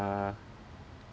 uh